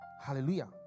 Hallelujah